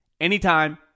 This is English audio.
anytime